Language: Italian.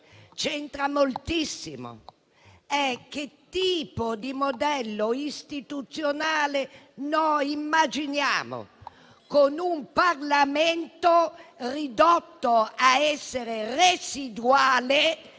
c'entra moltissimo. È il tipo di modello istituzionale che noi immaginiamo, con un Parlamento ridotto a essere residuale